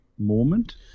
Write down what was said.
moment